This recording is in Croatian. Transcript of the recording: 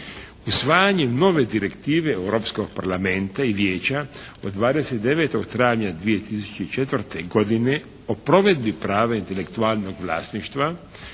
Usvajanje nove direktive Europskog Parlamenta i Vijeća od 29. travnja 2004. godine o provedbi prava intelektualnog vlasništva